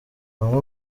bamwe